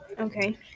Okay